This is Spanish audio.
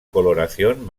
coloración